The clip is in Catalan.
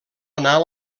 anar